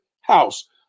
house